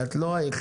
את לא היחידה.